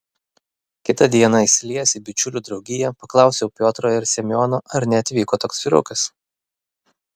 kitą dieną įsiliejęs į bičiulių draugiją paklausiau piotro ir semiono ar neatvyko toks vyrukas